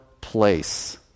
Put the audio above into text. place